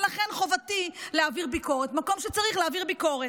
ולכן חובתי להעביר ביקורת במקום שצריך להעביר ביקורת.